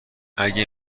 اگه